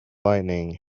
lightning